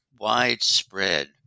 widespread